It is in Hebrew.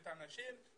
את הנשים,